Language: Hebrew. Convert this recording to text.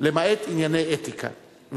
למעט ענייני אתיקה.